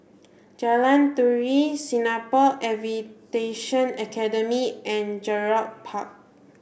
Jalan Turi Singapore Aviation Academy and Gerald Park